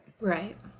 Right